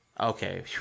Okay